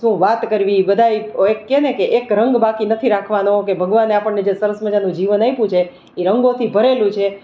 શું વાત કરવી બધાય એક કહે ને કે એક રંગ બાકી નથી રાખવાનો કે ભગવાને આપણને જે સરસ જીવન આપ્યું છે એ રંગોથી ભરેલું છે